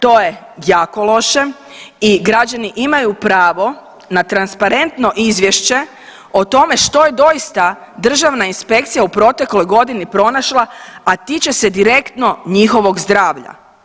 To je jako loše i građani imaju pravo na transparentno izvješće o tome što je doista državna inspekcija u protekloj godini pronašla, a tiče se direktno njihovog zdravlja.